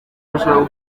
bashobora